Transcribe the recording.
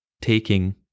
taking